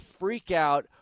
freakout